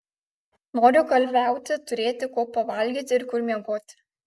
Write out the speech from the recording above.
noriu kalviauti turėti ko pavalgyti ir kur miegoti